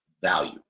value